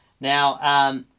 Now